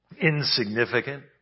insignificant